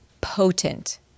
potent